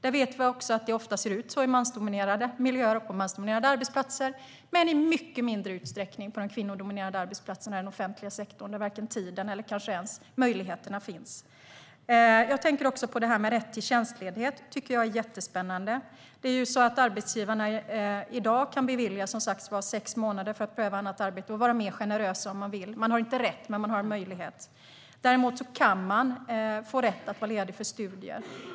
Vi vet att det ofta ser ut så i mansdominerade miljöer och på mansdominerade arbetsplatser, men i mycket mindre utsträckning på de kvinnodominerade arbetsplatserna i den offentliga sektorn där varken tiden eller kanske ens möjligheterna finns. Förslaget om rätt till tjänstledighet tycker jag är mycket spännande. I dag kan arbetsgivarna, som sagt, bevilja sex månaders tjänstledighet för att en person ska kunna prova på ett annat arbete. De kan vara mer generösa om de vill. Man har inte rätt till denna tjänstledighet, men man har en möjlighet att få det. Däremot kan man få rätt att vara ledig för studier.